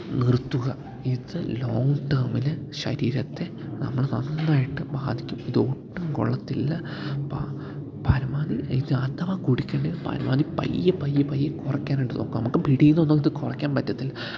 നിർത്തുക ഇത് ലോങ്ങ് ടേമിൽ ശരീരത്തെ നമ്മൾ നന്നായിട്ട് ബാധിക്കും ഇത് ഒട്ടും കൊള്ളത്തില്ല പരമാധി ഇത് അഥവാ കുടിക്കേണ്ട ഇത് പരമാവധി പയ്യെ പയ്യെ പയ്യെ കുറയ്ക്കാനായിട്ട് നോക്കാം നമ്മൾക്ക് പിടി എന്നൊന്നും ഇത് കുറയ്ക്കാൻ പറ്റത്തില്ല